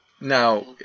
Now